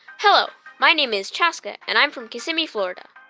hello. my name is chaska, and i'm from kissimmee, fla. and